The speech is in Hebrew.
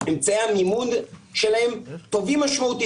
אמצעי המימון שלהן טובים משמעותית.